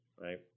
right